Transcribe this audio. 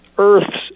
Earth's